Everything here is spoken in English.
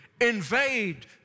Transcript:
invade